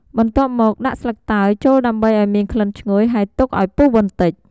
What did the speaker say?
បន្ទាប់មក ដាក់ស្លឹកតើយចូលដើម្បីឱ្យមានក្លិនឈ្ងុយ ហើយទុកឱ្យពុះបន្តិច។